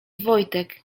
wojtek